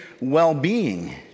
well-being